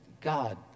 god